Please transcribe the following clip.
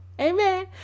Amen